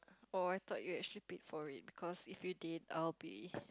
oh I thought you actually bid for it because if you did I'll be